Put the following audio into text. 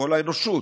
כל האנושות.